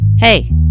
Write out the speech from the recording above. Hey